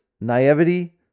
Naivety